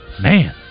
man